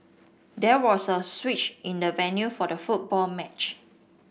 there was a switch in the venue for the football match